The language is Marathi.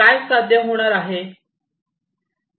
काय साध्य होणार आहे